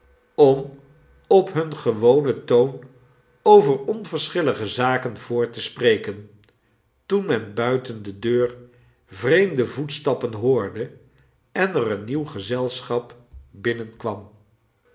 om op hun gewonen toon over onverschillige zaken voort te spreken toen men buiten de deur vreemde voetstappen hoorde en er een nieuw gezelschap binnenkwam